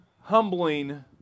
humbling